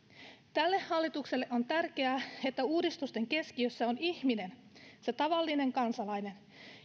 tälle hallitukselle on tärkeää että uudistusten keskiössä on ihminen se tavallinen kansalainen